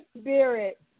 spirit